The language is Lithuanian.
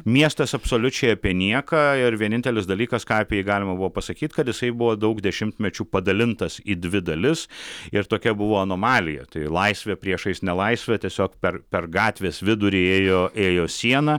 miestas absoliučiai apie nieką ir vienintelis dalykas ką apie jį galima buvo pasakyt kad jisai buvo daug dešimtmečių padalintas į dvi dalis ir tokia buvo anomalija tai laisvė priešais nelaisvę tiesiog per per gatvės vidurį ėjo ėjo siena